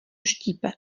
štípe